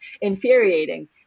infuriating